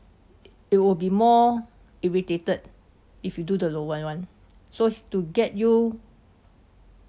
it will be more irritated if you do the lower one so to get you